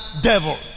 devil